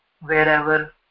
wherever